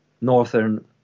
Northern